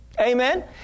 Amen